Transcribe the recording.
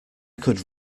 could